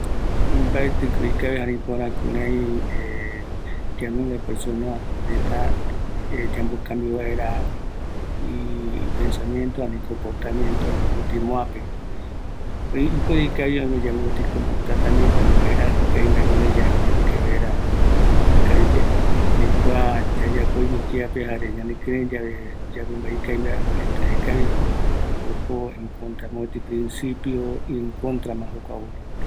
﻿Mbaetiko ikavi jare ipöra kurai kianunga persona reta yande yambo kambio vaera i pensamiento, ani komportamiento mpeti möape erei ipuere ikavi oime yave mopeti komo tratamiento ani mbaeraji ikavi mbae guinoiyae jare ikaevera oyopekavi yae, erei kua yayapoño kiape, jare ñanekirei yave yaru mbae ikavi mbaeva, mbaeti jaekavi, oiko contra mopeti principio, encontrama jokua o